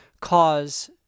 cause